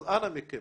אז אנא מכם